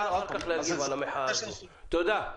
תודה.